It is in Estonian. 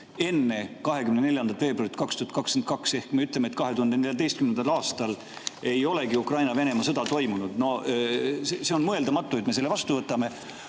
enne 24. veebruari 2022, ehk me ütleme, et 2014. aastal ei olegi Ukraina-Venemaa sõda toimunud. See on mõeldamatu, et me selle vastu võtame.